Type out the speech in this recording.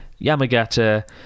Yamagata